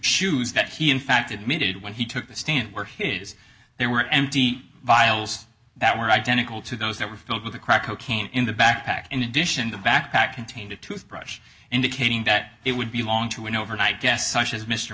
shoes that he in fact admitted when he took the stand were his there were empty vials that were identical to those that were filled with a crack cocaine in the backpack in addition the backpack contained a toothbrush indicating that it would be long to an overnight guest such as mr